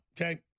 okay